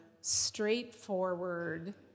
straightforward